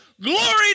glory